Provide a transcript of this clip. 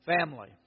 family